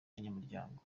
banyamuryango